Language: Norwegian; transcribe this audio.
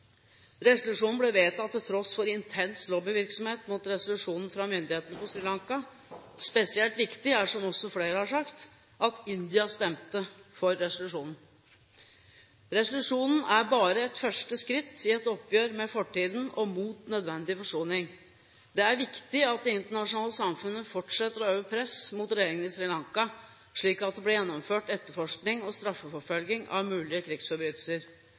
Resolusjonen ble vedtatt til tross for intens lobbyvirksomhet mot den fra myndighetene på Sri Lanka. Spesielt viktig er det – som også flere har sagt – at India stemte for resolusjonen. Resolusjonen er bare et første skritt i et oppgjør med fortiden og mot nødvendig forsoning. Det er viktig at det internasjonale samfunn fortsetter å øve press mot regjeringen på Sri Lanka, slik at det blir gjennomført etterforskning og straffeforfølging av mulige krigsforbrytelser.